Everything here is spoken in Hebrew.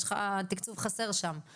יש לך תקצוב חסר שם .